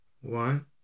One